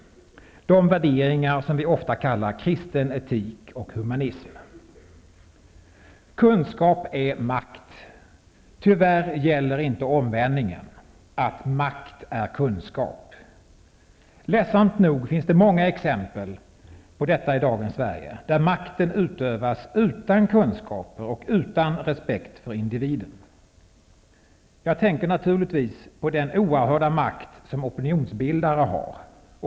De värderingar som vi ofta kallar kristen etik och humanism. Kunskap är makt! Tyvärr gäller inte det omvända, att makt är kunskap. Ledsamt nog finns det i dagens Sverige många exempel där makten utövas utan kunskaper och utan respekt för individen. Jag tänker naturligtvis på den oerhörda makt som opinionsbildare har.